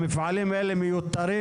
המפעלים האלה מיותרים,